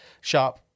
sharp